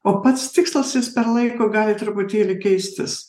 o pats tikslas jis per laiką gali truputėlį keistis